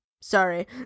Sorry